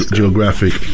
geographic